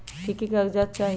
की की कागज़ात चाही?